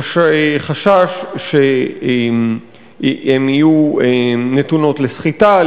חשש שהן יהיו נתונות לסחיטה,